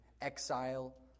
exile